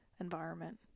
environment